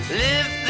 live